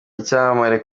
icyamamare